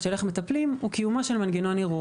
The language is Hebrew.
של איך מטפלים הוא קיומו של מנגנון ערעור.